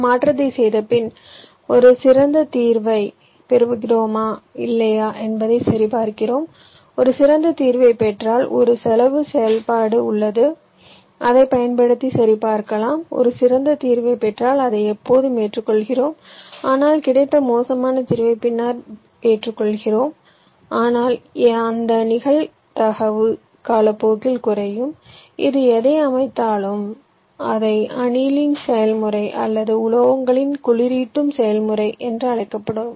மாற்றத்தைச் செய்தபின் ஒரு சிறந்த தீர்வைப் பெறுகிறோமா இல்லையா என்பதைச் சரிபார்க்கிறோம் ஒரு சிறந்த தீர்வைப் பெற்றால் ஒரு செலவுச் செயல்பாடு உள்ளது அதைப் பயன்படுத்தி சரிபார்க்கலாம் ஒரு சிறந்த தீர்வைப் பெற்றால் அதை எப்போதும் ஏற்றுக்கொள்கிறோம் ஆனால் கிடைத்த மோசமான தீர்வை பின்னர் ஏற்றுக் கொள்ளலாம் ஆனால் அந்த நிகழ்தகவு காலப்போக்கில் குறையும் இது எதை அழைத்தாலும் அதை அனீலிங் செயல்முறை அல்லது உலோகங்களில் குளிரூட்டும் செயல்முறை என்று அழைக்கப்படுகிறது